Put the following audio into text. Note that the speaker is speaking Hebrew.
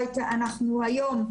היום,